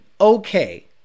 okay